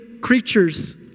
creatures